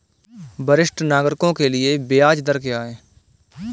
वरिष्ठ नागरिकों के लिए ब्याज दर क्या हैं?